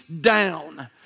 down